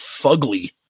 fugly